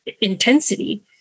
intensity